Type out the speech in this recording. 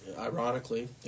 ironically